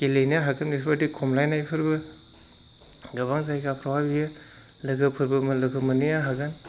गेलेहैनो हागोन बेफोरबादि खमलायनायफोरबो गोबां जायगाफ्रावहाय बियो लोगोफोरबो लोगो मोनहैनो हागोन